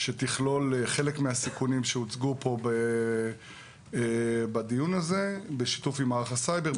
שתכלול חלק מהסיכונים שהוצגו פה בדיון הזה בשיתוף עם מערך הסייבר,